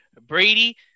Brady